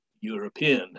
European